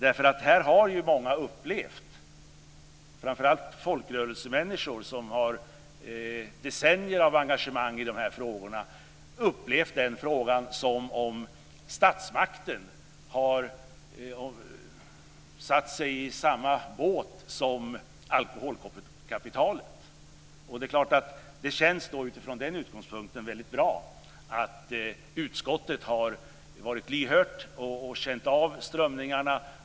I den frågan har många, framför allt folkrörelsemänniskor som har decennier av engagemang i de här frågorna bakom sig, upplevt att statsmakten har satt sig i samma båt som alkoholkapitalet. Utifrån den utgångspunkten känns det väldigt bra att utskottet har varit lyhört och känt av strömningarna.